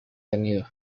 tenido